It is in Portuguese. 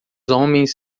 homens